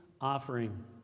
offering